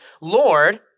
Lord